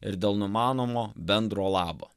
ir dėl numanomo bendro labo